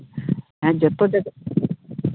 ᱦᱮᱸ ᱡᱚᱛᱚ ᱡᱟᱭᱜᱟ